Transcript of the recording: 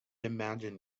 imagine